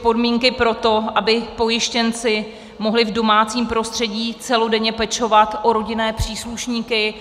... podmínky pro to, aby pojištěnci mohli v domácím prostředí celodenně pečovat o rodinné příslušníky.